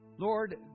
Lord